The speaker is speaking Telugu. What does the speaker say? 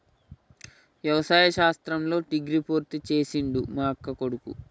వ్యవసాయ శాస్త్రంలో డిగ్రీ పూర్తి చేసిండు మా అక్కకొడుకు